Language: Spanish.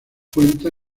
cuenta